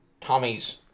Tommy's